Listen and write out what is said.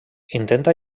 intenta